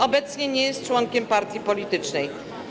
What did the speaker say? Obecnie nie jest członkiem partii politycznej.